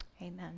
Amen